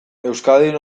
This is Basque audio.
euskadin